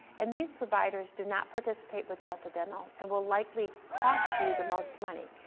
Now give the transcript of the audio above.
and these providers do not participate with delta dental and will likely cost you the most money.